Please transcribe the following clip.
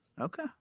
Okay